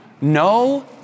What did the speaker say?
no